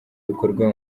bikorwa